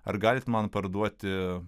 ar galit man parduoti